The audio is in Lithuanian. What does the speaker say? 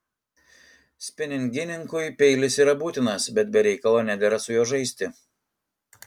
spiningininkui peilis yra būtinas bet be reikalo nedera su juo žaisti